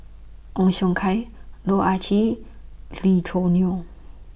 Ong Siong Kai Loh Ah Chee Lee Choo Neo